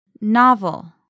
Novel